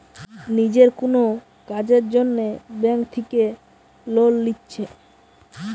নিজের কুনো কাজের জন্যে ব্যাংক থিকে লোন লিচ্ছে